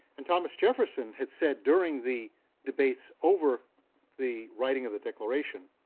and thomas jefferson had said during the debates over the writing of the declaration,